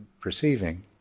perceiving